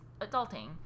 adulting